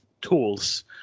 tools